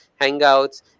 Hangouts